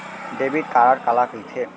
Debit card काला कहिथे?